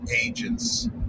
agents